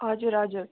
हजुर हजुर